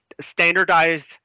standardized